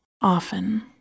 often